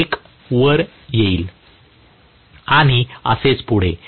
1 वर येईल आणि असेच पुढे